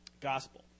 Gospel